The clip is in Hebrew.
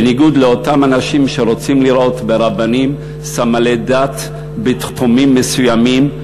בניגוד לאותם אנשים שרוצים לראות ברבנים סַמלי דת בתחומים מסוימים,